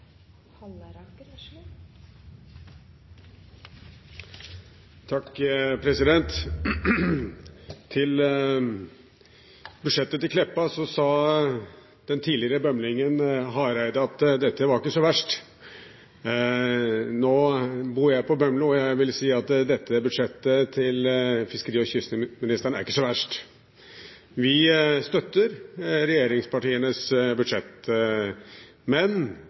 at dette var ikke så verst. Nå bor jeg på Bømlo, og jeg vil si at dette budsjettet til fiskeri- og kystministeren er ikke så verst. Vi støtter regjeringspartienes budsjett, men